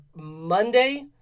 Monday